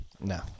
No